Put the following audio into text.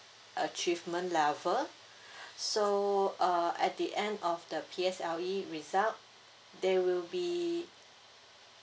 achievement level so uh at the end of the P_S_L_E result they will be